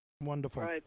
Wonderful